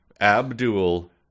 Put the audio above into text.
Abdul